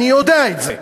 אני יודע את זה,